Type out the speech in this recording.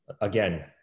Again